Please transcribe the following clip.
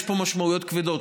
יש פה משמעויות כבדות.